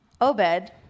Obed